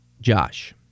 Josh